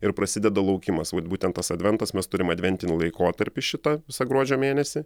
ir prasideda laukimas vat būtent tas adventas mes turim adventinį laikotarpį šitą visą gruodžio mėnesį